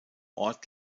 ort